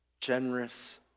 generous